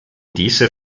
dieser